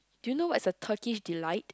do you know what is a Turkish delight